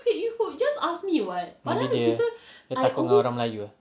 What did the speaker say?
maybe dia dia takut dengan orang melayu ah